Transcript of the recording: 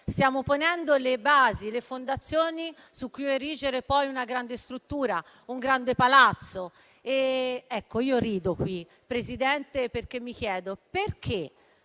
stiamo ponendo le basi, le fondamenta su cui erigere poi una grande struttura, un grande palazzo. Ecco, io rido qui, Presidente, perché mi chiedo come